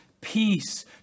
Peace